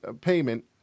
payment